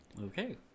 Okay